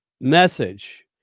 message